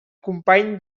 company